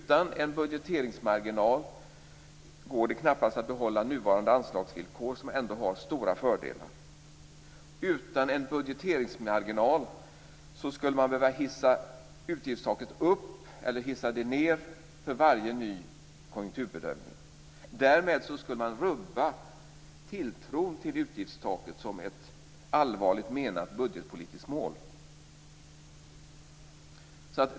Utan en budgeteringsmarginal går det knappast att behålla nuvarande anslagsvillkor, som ändå har stora fördelar. Utan en budgeteringsmarginal skulle man behöva hissa utgiftstaket upp eller ned för varje ny konjunkturbedömning. Därmed skulle man rubba tilltron till utgiftstaket som ett allvarligt menat budgetpolitiskt mål.